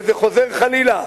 וזה חוזר חלילה.